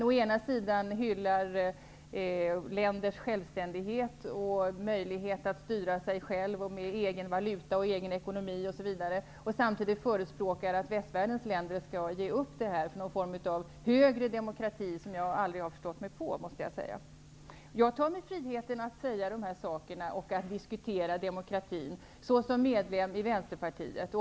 Å ena sidan hyllar man länders självständighet och möjlighet att styra sig själva, med egen valuta och egen ekonomi, osv. Å andra sidan förespråkar man att västvärldens länder skall ge upp detta till förmån för en form av högre demokrati som jag aldrig har förstått mig på, måste jag säga. Jag tar mig friheten att säga de här sakerna och att diskutera demokratin såsom medlem i Vänsterpartiet.